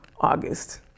August